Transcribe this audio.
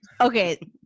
Okay